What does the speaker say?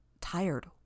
tired